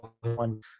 one